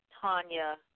Tanya